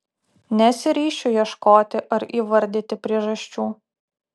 nesiryšiu ieškoti ar įvardyti priežasčių